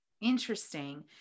Interesting